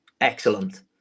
Excellent